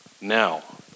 now